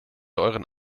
euren